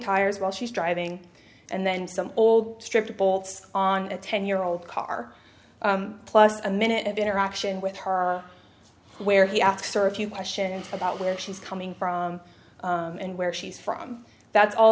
tires while she's driving and then some all stripped bolts on a ten year old car plus a minute of interaction with her where he asks her a few questions about where she's coming from and where she's from that's all